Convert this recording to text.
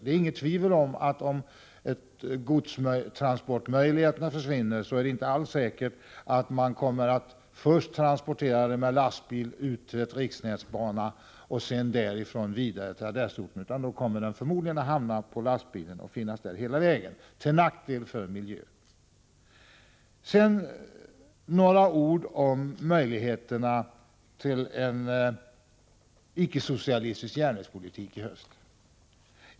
Det är inget tvivel om att godset, om godstransportmöjligheterna försvinner så att godset först måste transporteras med lastbilar ut till en riksnätsbana och sedan vidare till destinationsorten, hela vägen transporteras med lastbilar, till nackdel för miljön. Sedan några ord om möjligheterna till en icke-socialistisk järnvägspolitik i höst.